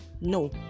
no